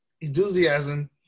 enthusiasm